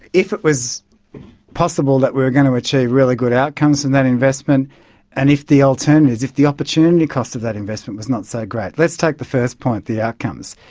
if it was possible that we were going to achieve really good outcomes from and that investment and if the alternatives, if the opportunity cost of that investment was not so great, let's take the first point, the outcomes.